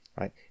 right